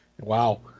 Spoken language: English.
Wow